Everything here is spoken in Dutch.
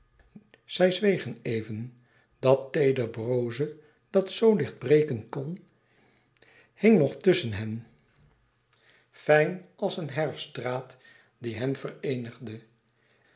zij zwegen even dat teeder broze dat zoo licht breken kon hing nog tusschen hen fijn als een herfstdraad die hen vereenigde